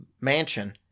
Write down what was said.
mansion